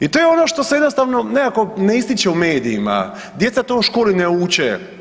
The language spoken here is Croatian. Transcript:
I to je ono što se jednostavno nekako ne ističe u medijima, djeca to u školi ne uče.